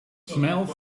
smells